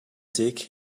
dig